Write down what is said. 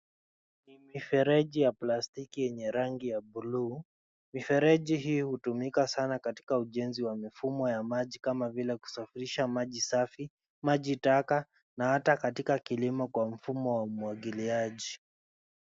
Mifereji ya plastiki yenye rangi ya bluu. Mifereji huu hutumika sana katika ujenzi wa mifumo ya maji kama vile kusafirisha maji safi, maji taka na hata katika kilimo kwa mfumo wa umwagiliaji.